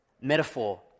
metaphor